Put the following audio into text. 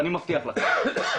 ואני מבטיח לכם,